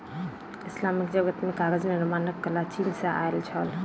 Islamic जगत मे कागज निर्माणक कला चीन सॅ आयल छल